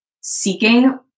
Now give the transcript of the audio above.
seeking